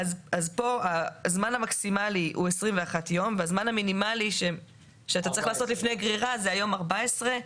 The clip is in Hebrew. הזמן המקסימלי הוא 21 ימים והזמן המינימלי לפני גרירה הוא 14 ימים.